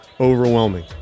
overwhelming